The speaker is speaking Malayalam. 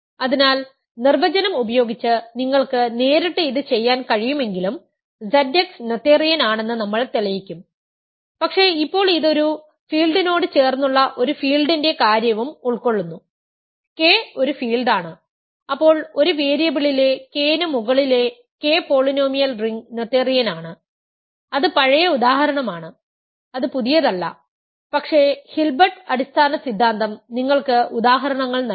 അതിനാൽ നിർവചനം ഉപയോഗിച്ച് നിങ്ങൾക്ക് നേരിട്ട് ഇത് ചെയ്യാൻ കഴിയുമെങ്കിലും Zx നോതേറിയൻ ആണെന്ന് നമ്മൾ തെളിയിക്കും പക്ഷേ ഇപ്പോൾ ഇത് ഒരു ഫീൽഡിനോട് ചേർന്നുള്ള ഒരു ഫീൽഡിന്റെ കാര്യവും ഉൾക്കൊള്ളുന്നു K ഒരു ഫീൽഡാണ് അപ്പോൾ ഒരു വേരിയബിളിലെ K ന് മുകളിലെ K പോളിനോമിയൽ റിംഗ് നോതേറിയൻ ആണ് അത് പഴയ ഉദാഹരണമാണ് അത് പുതിയതല്ല പക്ഷേ ഹിൽബർട്ട് അടിസ്ഥാന സിദ്ധാന്തം നിങ്ങൾക്ക് ഉദാഹരണങ്ങൾ നൽകുന്നു